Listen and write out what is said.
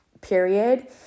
period